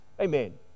Amen